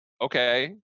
okay